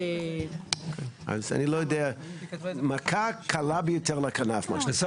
900,000 --- מכה קלה ביותר לכנף, מה שנקרא.